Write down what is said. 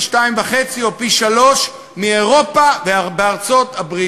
פי שניים-וחצי או פי שלושה מאשר באירופה ובארצות-הברית.